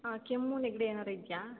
ಹಾಂ ಕೆಮ್ಮು ನೆಗಡಿ ಏನಾದ್ರು ಇದೆಯಾ